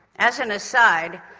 as an aside,